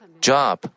job